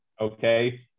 okay